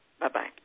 Bye-bye